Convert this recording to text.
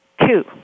Two